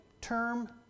term